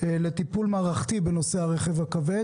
לטיפול מערכתי בנושא הרכב הכבד.